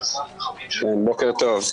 בוקר טוב.